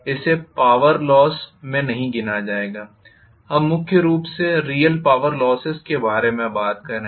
इसे power loss में नहीं गिना जाएगा हम मुख्य रूप से रियल पॉवर लोसेस के बारे में बात कर रहे हैं